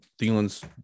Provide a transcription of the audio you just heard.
Thielens